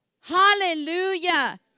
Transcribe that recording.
Hallelujah